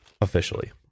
Officially